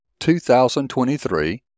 2023